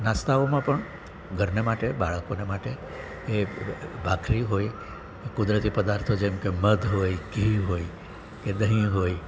નાસ્તાઓમાં પણ ઘરને માટે બાળકોને માટે એ ભાખરી હોય કુદરતી પદાર્થો જેમ કે મધ હોય ઘી હોય કે દહીં હોય